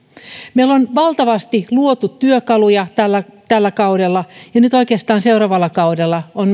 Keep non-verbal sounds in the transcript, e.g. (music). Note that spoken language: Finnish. meillä on valtavasti luotu työkaluja tällä tällä kaudella ja nyt oikeastaan seuraavalla kaudella on (unintelligible)